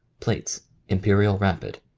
plates imperial rapid.